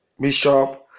Bishop